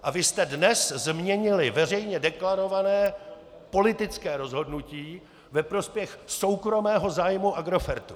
A vy jste dnes změnili veřejně deklarované politické rozhodnutí ve prospěch soukromého zájmu Agrofertu.